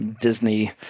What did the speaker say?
Disney